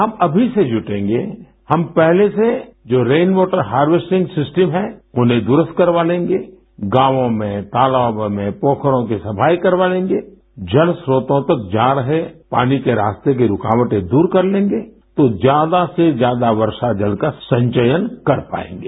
हम अभी से जुटेंगे हम पहले से जो रेन वॉटर हारवेस्टिंग सिस्टम है उन्हें दुरुस्त करवा लेंगे गांवो में तालाबों में पोखरों की सफाई करवा लेंगे जलस्त्रोर्तो तक जा रहे पानी के रास्ते की रुकावटें दूर कर लेंगे तो ज्यादा से ज्यादा वर्षा जल का संचयन कर पायेंगे